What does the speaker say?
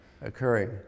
occurring